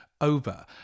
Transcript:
over